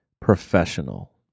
professional